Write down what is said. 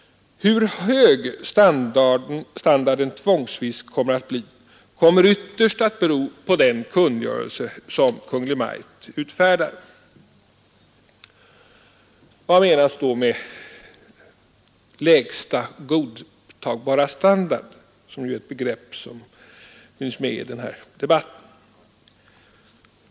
Hur hög standarden tvångsvis kommer att bli kommer ytterst att bero på den kungörelse som Kungl. Maj:t utfärdar. Vad menas då med lägsta godtagbara standard som ju är ett begrepp i den här debatten?